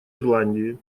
ирландии